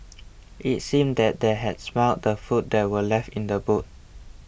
it seemed that they had smelt the food that were left in the boot